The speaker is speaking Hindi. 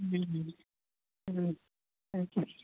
जी जी जी थैन्क यू